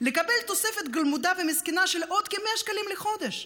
לקבל תוספת גלמודה ומסכנה של עוד כ-100 שקלים לחודש.